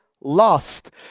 lost